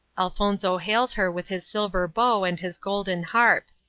elfonzo hails her with his silver bow and his golden harp.